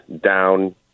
down